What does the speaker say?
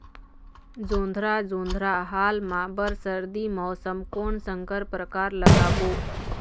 जोंधरा जोन्धरा हाल मा बर सर्दी मौसम कोन संकर परकार लगाबो?